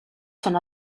son